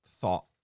thought